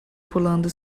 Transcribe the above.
pulando